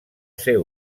ser